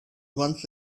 once